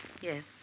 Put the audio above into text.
Yes